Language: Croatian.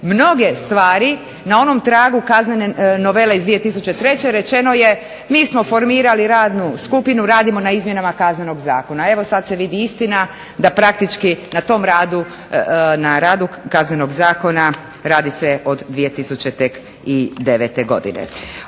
mnoge stvari na onom tragu kaznene novele iz 2003. rečeno je, mi smo formirali radnu skupinu, radimo na izmjenama Kaznenog zakona. Evo sad se vidi istina da praktički na tom radu, na radu Kaznenog zakona radi se tek od 2009.godine.